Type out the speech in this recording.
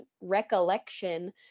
recollection